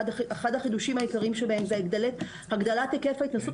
אחד החידושים העיקריים שבהן זה הגדלת ההתנסות